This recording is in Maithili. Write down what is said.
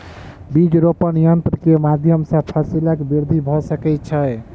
बीज रोपण यन्त्र के माध्यम सॅ फसीलक वृद्धि भ सकै छै